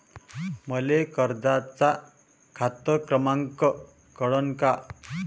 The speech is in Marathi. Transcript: मले कर्जाचा खात क्रमांक कळन का?